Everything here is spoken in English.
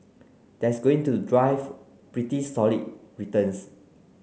that's going to drive pretty solid returns